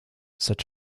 such